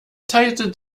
teilte